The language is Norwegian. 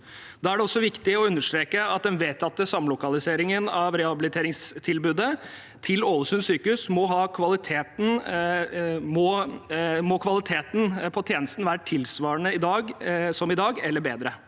Da er det også viktig å understreke at ved den vedtatte samlokaliseringen av rehabiliteringstilbudet til Ålesund sykehus, må kvaliteten på tjenesten være tilsvarende som i dag eller bedre.